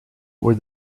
were